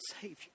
Savior